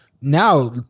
now